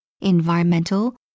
environmental